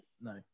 no